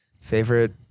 favorite